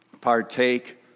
partake